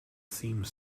theme